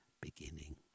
beginning